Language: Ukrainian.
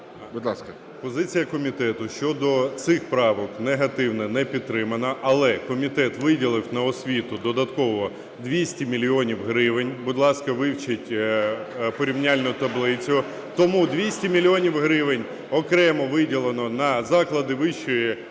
Позиція комітету щодо цих правок негативна, не підтримана. Але комітет виділив на освіту додатково 200 мільйонів гривень. Будь ласка, вивчіть порівняльну таблицю. Тому 200 мільйонів гривень окремо виділено на заклади вищої освіти.